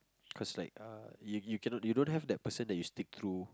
cause like uh you you cannot you don't have the person that you stick through